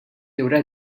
lura